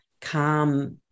calm